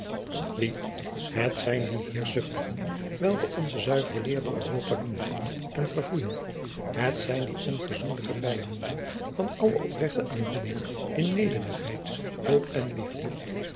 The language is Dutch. wie het zijn die heerschzuchtigen welke onze zuivere leer door europa doen vloeken en verfoeien het zijn die onverzoenlijke vijanden van alle oprechte aanbidding in nederigheid hoop en liefde